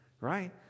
Right